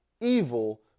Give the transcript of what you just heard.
Evil